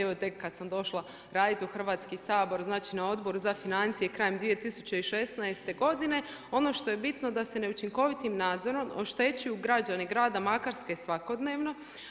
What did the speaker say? Evo tek kad sam došla raditi u Hrvatski sabor, znači na Odboru za financije, krajem 2016. ono što je bitno da se učinkovitim nadzorom oštećuju građani grada Makarske svakodnevno.